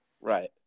Right